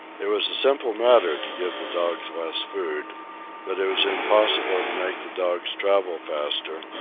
it was a simple matter to give the dogs less food but it was impossible to make the dogs travel faster,